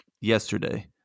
yesterday